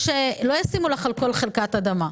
לא ישימו פעמונית על כל חלקת אדמה,